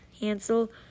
Hansel